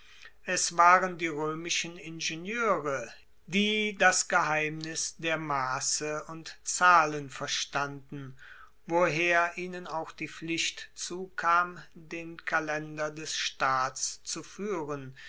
es waren die roemischen ingenieure die das geheimnis der masse und zahlen verstanden woher ihnen auch die pflicht zukam den kalender des staats zu fuehren